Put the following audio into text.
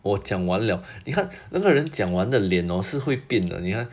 我讲完了你看那个人讲完的脸 hor 是会变的你看